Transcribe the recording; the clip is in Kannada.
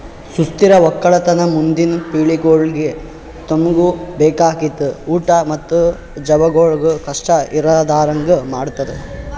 ಸುಸ್ಥಿರ ಒಕ್ಕಲತನ ಮುಂದಿನ್ ಪಿಳಿಗೆಗೊಳಿಗ್ ತಮುಗ್ ಬೇಕಾಗಿದ್ ಊಟ್ ಮತ್ತ ಜವಳಿಗೊಳ್ ಕಷ್ಟ ಇರಲಾರದಂಗ್ ಮಾಡದ್